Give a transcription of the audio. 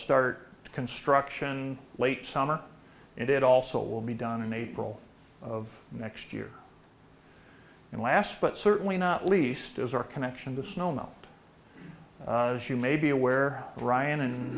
start construction late summer and it also will be done in april of next year and last but certainly not least is our connection to snow now as you may be aware ryan and